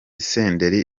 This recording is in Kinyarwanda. senderi